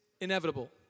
inevitable